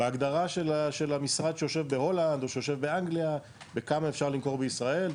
בהגדרה של המשרד שיושב בהולנד או שיושב באנגליה בכמה אפשר למכור בישראל,